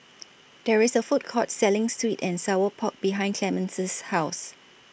There IS A Food Court Selling Sweet and Sour Pork behind Clemence's House